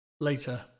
Later